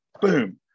boom